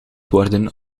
worden